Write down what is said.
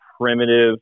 primitive